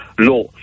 law